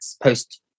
post